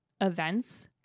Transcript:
events